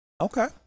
Okay